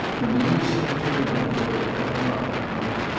when the new secretary went away at ten o'clock that night,